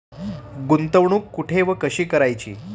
गुंतवणूक कुठे व कशी करायची?